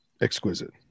exquisite